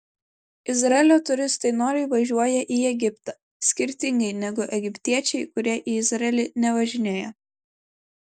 izraelio turistai noriai važiuoja į egiptą skirtingai negu egiptiečiai kurie į izraelį nevažinėja